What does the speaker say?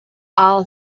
all